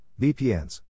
VPNs